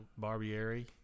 barbieri